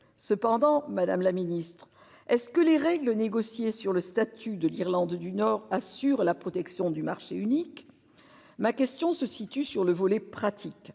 cependant Madame la Ministre. Est-ce que les règles négociées sur le statut de l'Irlande du Nord assure la protection du marché unique. Ma question se situe sur le volet pratique,